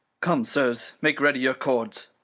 come, sirs, make ready your cords.